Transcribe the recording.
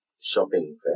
shopping